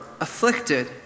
afflicted